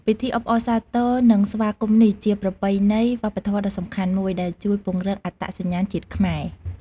ពិធីអបអរសាទរ និងស្វាគមន៍នេះជាប្រពៃណីវប្បធម៌ដ៏សំខាន់មួយ ដែលជួយពង្រឹងអត្តសញ្ញាណជាតិខ្មែរ។